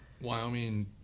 Wyoming